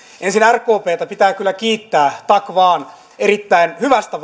ensin rkptä pitää kyllä kiittää tack vaan erittäin hyvästä